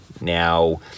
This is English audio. now